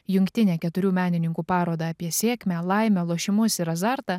jungtinę keturių menininkų parodą apie sėkmę laimę lošimus ir azartą